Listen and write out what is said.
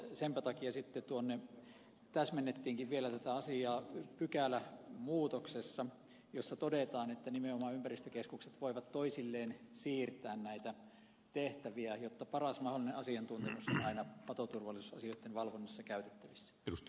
senpä takia sitten tuonne täsmennettiinkin vielä tätä asiaa pykälämuutoksessa jossa todetaan että nimenomaan ympäristökeskukset voivat toisilleen siirtää näitä tehtäviä jotta paras mahdollinen asiantuntemus on aina patoturvallisuusasioitten valvonnassa käytettävissä